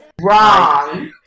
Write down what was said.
Wrong